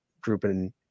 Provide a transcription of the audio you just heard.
grouping